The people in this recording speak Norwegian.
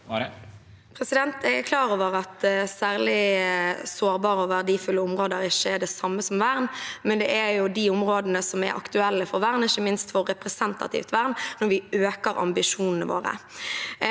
Jeg er klar over at særlig sårbare og verdifulle områder ikke er det samme som vern, men det er de områdene som er aktuelle for vern, ikke minst for representativt vern, når vi øker ambisjonene våre.